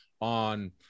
on